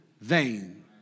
vain